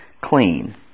clean